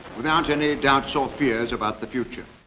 without any doubts or fears about the future.